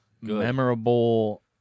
memorable